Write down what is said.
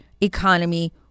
economy